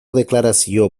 deklarazio